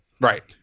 Right